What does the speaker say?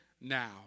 now